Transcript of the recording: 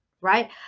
right